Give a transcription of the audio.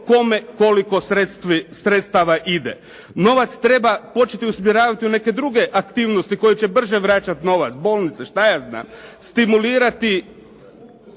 kome koliko sredstava ide. Novac treba početi usmjeravati u neke druge aktivnosti koje će brže vraćati novac, bolnice, stimulirati